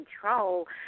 control